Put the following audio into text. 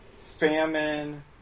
famine